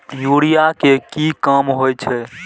Urea के की काम होई छै?